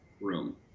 room